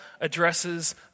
addresses